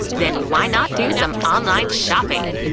then why not do some online shopping?